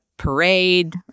parade